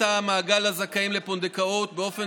מבקשת להרחיב את מעגל הזכאים לפונדקאות באופן